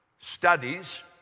Studies